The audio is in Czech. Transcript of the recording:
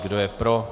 Kdo je pro?